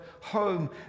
home